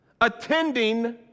attending